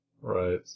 Right